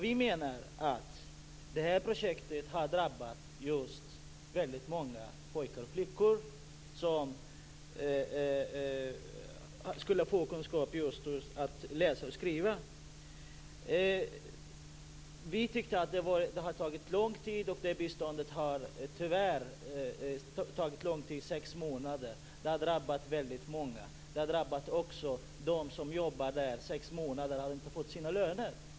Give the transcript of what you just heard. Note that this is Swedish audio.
Vi menar att det är väldigt många pojkar och flickor i det här projektet som skulle få kunskaper i att läsa och skriva som har drabbats. Vi tycker att sex månader är lång tid för att avbryta biståndet. Det har också drabbat väldigt många av dem som jobbar där, som inte har fått sina löner.